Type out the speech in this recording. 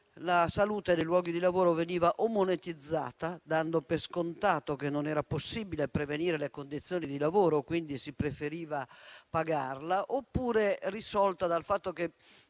la salute nei luoghi di lavoro veniva o monetizzata, dando per scontato che non era possibile prevenire i danni derivanti dalle condizioni di lavoro, quindi si preferiva pagarla, oppure risolta dal fatto che